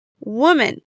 woman